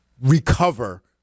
recover